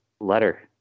letter